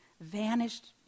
vanished